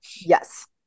yes